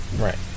Right